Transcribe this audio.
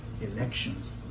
Elections